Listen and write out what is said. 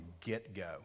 get-go